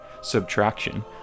subtraction